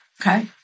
Okay